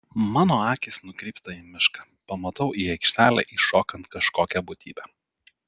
mano akys nukrypsta į mišką pamatau į aikštelę įšokant kažkokią būtybę